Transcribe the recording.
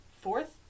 fourth